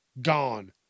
Gone